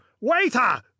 Waiter